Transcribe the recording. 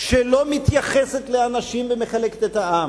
שלא מתייחסת לאנשים ומחלקת את העם,